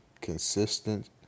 consistent